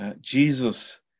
Jesus